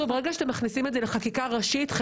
ברגע שאתם מכניסים את זה לחקיקה ראשית,